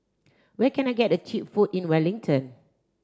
where can I get cheap food in Wellington